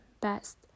best